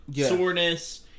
soreness